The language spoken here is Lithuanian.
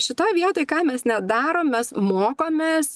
šitoj vietoj ką mes net darom mes mokomės